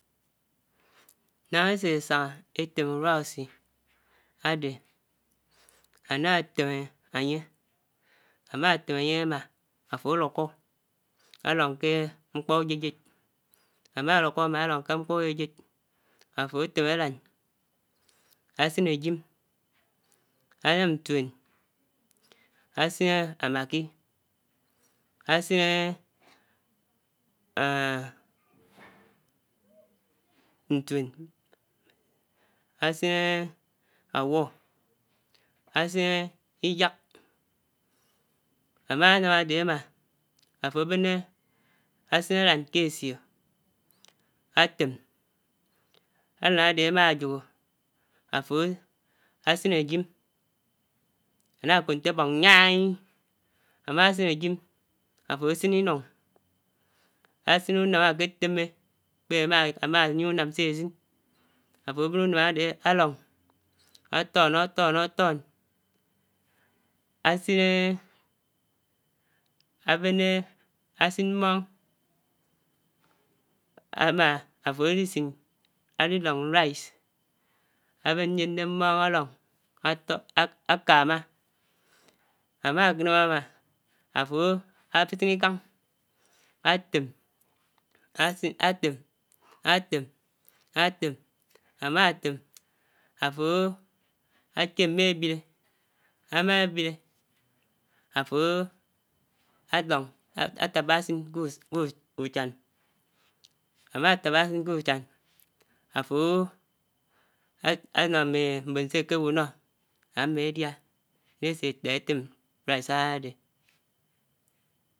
Nághá èsè sàngà ètèm uròsi ádè anà tèm ányè ámá tèm ányè ámá áfò álukó álóng kè mkpò uyèyèd àfò átèm ádán ásin áyim álàm ntuèn ásin èhn ámaggi ásin ntuèn ásin ábu ásin iyák ámànàm àfò ábènè ásin ádán kèsio àtèm ádán ádè ámáyòhò àfò àsin áyim àdákòp ntè ábòng nyài ámásin áyim àfò àsin inung àsin unám ákè témmè koèdè ámamè unám sè ásin àfò ábèn unàm ádè álòng áturn áturn áturn ásin ábèn ásin mmòng ámá àfò àdisim àdilong rice ábèndè mmòng àlòng ákámá ámànàm àmà àfò àsin mmè ábíèrè ámábièrè àfò álòng átákpà ásin kè uchàn ámátákpà àchin k'ichán àfò áno mmè mbòn sè àkèbu nó ámmò èdiá ná èsè ènàm ètèm rice ádèdè èlu èti uwèm énám sè ulòng ábò ná ènám ènám sè ufòk ábási ébò nó ènám énàm sè ábiò ábò nó ènám so mmèmá ágwò ásikókè uwèm kè ákpá ákpán ákpa.